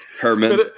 Herman